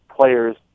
players